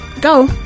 Go